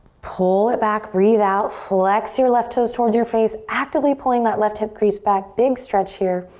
pull it back, breathe out, flex your left toes towards your face, actively pulling that left hip crease back, big stretch here.